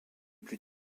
plus